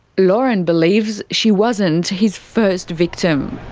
lauren believes she wasn't his first victim.